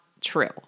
true